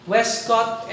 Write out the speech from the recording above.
Westcott